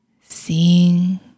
Seeing